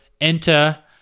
Enter